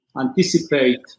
anticipate